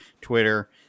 Twitter